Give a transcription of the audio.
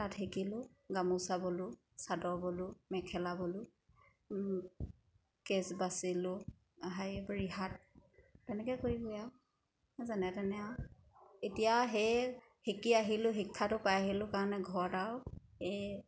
তাঁত শিকিলোঁ গামোচা ব'লোঁ চাদৰ ব'লোঁ মেখেলা ব'লোঁ কেছ বাচিলোঁ হেৰি ৰিহাত তেনেকৈ কৰি কৰি আৰু যেনে তেনে আৰু এতিয়া সেই শিকি আহিলোঁ শিক্ষাটো পাই আহিলোঁ কাৰণে ঘৰত আৰু এই